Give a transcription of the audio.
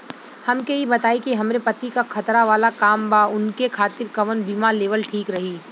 हमके ई बताईं कि हमरे पति क खतरा वाला काम बा ऊनके खातिर कवन बीमा लेवल ठीक रही?